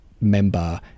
member